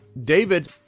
David